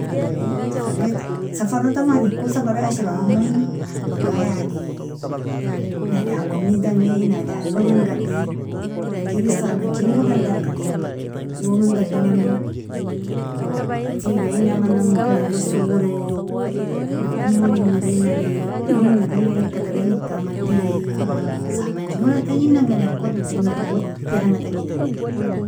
- safara taban irko safari ashiramon wala yani naidan hwanisdangi nahida hayouminga gadi lakin erin sahbanji godan dakani youmin gadinamen tiga ina mana momkin erin sawarei nakomon eirinalei erin irbamini tarin ika amntari sahbanjgo dan tanjin gena irkoto tanjirak wateranga tanjinikini.